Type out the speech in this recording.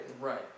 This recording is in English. Right